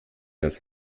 das